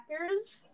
Packers